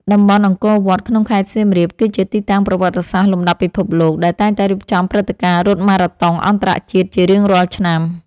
តំបន់អង្គរវត្តក្នុងខេត្តសៀមរាប គឺជាទីតាំងប្រវត្តិសាស្ត្រលំដាប់ពិភពលោក ដែលតែងតែរៀបចំព្រឹត្តិការណ៍រត់ម៉ារ៉ាតុងអន្តរជាតិជារៀងរាល់ឆ្នាំ។